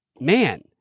man